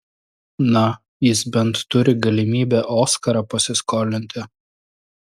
na jis bent turi galimybę oskarą pasiskolinti